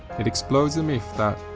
it explodes the myth that,